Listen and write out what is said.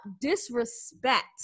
disrespect